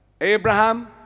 Abraham